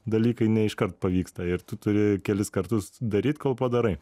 dalykai ne iškart pavyksta ir tu turi kelis kartus daryt kol padarai